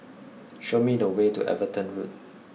show me the way to Everton Road